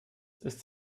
ist